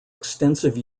extensive